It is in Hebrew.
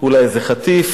אולי איזה חטיף,